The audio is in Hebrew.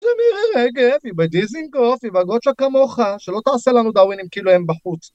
זה מירי רגב, היא בדיזינגוף, היא בגוצ'ה כמוך, שלא תעשה לנו דאווינים כאילו הם בחוץ.